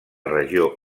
regió